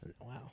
Wow